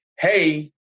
hey